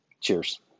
Cheers